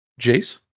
Jace